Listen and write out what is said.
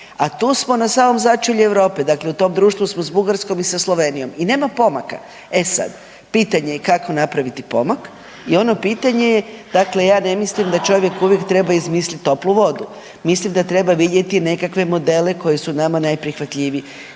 a tu samo na samom začelju Europe, dakle u tom društvu smo sa Bugarskom i sa Slovenijom i nema pomaka. E sad, pitanje je kako napraviti pomak i ono pitanje je dakle ja ne mislim da čovjek uvijek treba izmislit toplu vodu, mislim da treba vidjeti i nekakve modele koji su nama najprihvatljiviji.